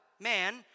Man